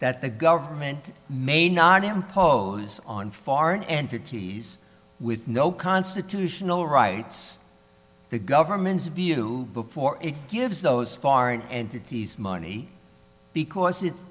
that the government may not impose on foreign entities with no constitutional rights the government's view before it gives those foreign entities money because it's